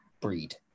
breed